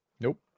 Nope